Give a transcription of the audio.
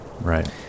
Right